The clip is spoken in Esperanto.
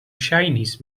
ŝajnis